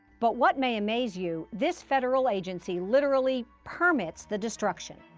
but what may amaze you, this federal agency literally permits the destruction.